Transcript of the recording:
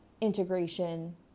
integration